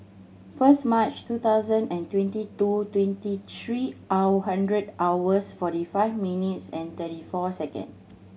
first March two thousand and twenty two twenty three hour hundred hours forty five minutes and thirty four second